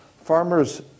farmers